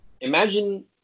Imagine